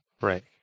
Right